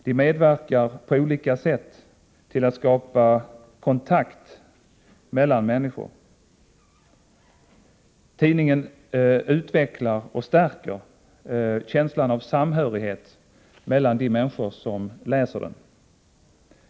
De medverkar på olika sätt till att skapa kontakt mellan människor. Tidningen utvecklar och stärker känslan av samhörighet mellan de människor som läser den.